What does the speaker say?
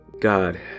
God